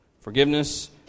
Forgiveness